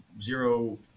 zero